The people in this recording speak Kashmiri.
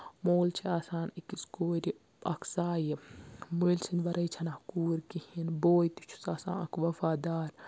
مول چھِ آسان أکِس کورِ اَکھ سایہِ مٲلۍ سٕندۍ وَرٲے چھنہٕ اَکھ کوٗر کِہیٖنۍ بوے تہِ چھُس آسان اَکھ وَفادار